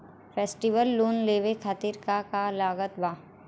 Festival loan लेवे खातिर का का लागत बा?